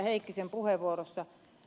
heikkisen puheenvuorossa